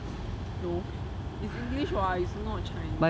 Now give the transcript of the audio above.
no it's english [what] it's not chinese